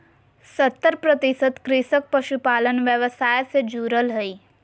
सत्तर प्रतिशत कृषक पशुपालन व्यवसाय से जुरल हइ